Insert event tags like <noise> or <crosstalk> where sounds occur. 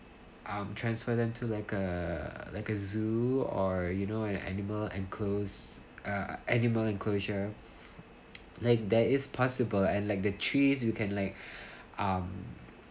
um transfer them to like a like a zoo or you know and animal enclose uh animal enclosure <breath> <noise> like there is possible and like the trees you can like <breath> um